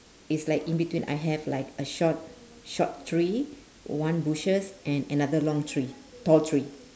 it's like in between I have like a short short tree one bushes and another long tree tall tree